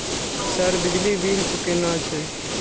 Sir बिजली bill चूकेना छे?